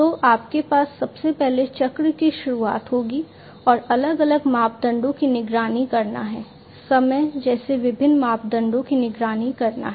तो आपके पास सबसे पहले चक्र की शुरुआत होगी और अलग अलग मापदंडों की निगरानी करना है समय जैसे विभिन्न मापदंडों की निगरानी करना है